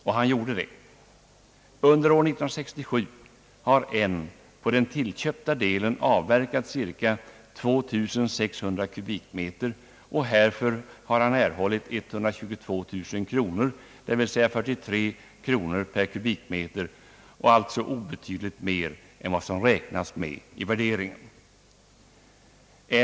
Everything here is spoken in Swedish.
Under år 1967 har N på den tillköpta delen avverkat cirka 2 600 kubikmeter och har härför erhållit 122 000 kronor, dvs. 43 kronor per kubikmeter, alltså obetydligt mer än vad man räknat med i värderingen.